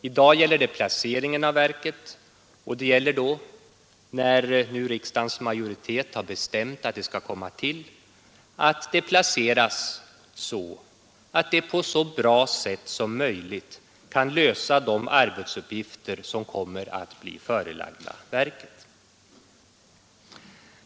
I dag är det fråga om placeringen av verket, och det gäller då — när nu riksdagens majoritet har bestämt att domstolsverket skall komma till — att verket placeras så att det så bra som möjligt kan lösa de arbetsuppgifter som kommer att bli förelagda verket.